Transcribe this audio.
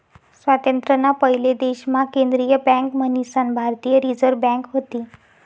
स्वातंत्र्य ना पयले देश मा केंद्रीय बँक मन्हीसन भारतीय रिझर्व बँक व्हती